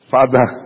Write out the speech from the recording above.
Father